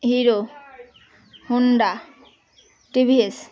Hero Honda TVS